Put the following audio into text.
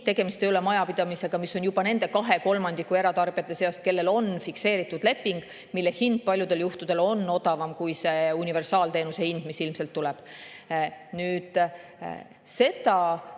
tegemist ei ole majapidamisega, mis on juba nende kahe kolmandiku eratarbijate seas, kellel on fikseeritud leping, mille hind paljudel juhtudel on odavam kui see universaalteenuse hind, mis ilmselt tuleb. Inimene